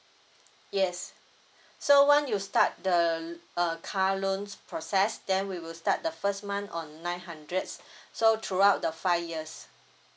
yes so when you start the uh car loan process then we will start the first month on nine hundreds so throughout the five years